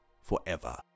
forever